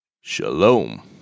Shalom